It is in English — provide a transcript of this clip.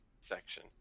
section